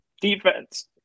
defense